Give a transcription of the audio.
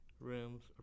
rooms